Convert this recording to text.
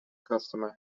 customer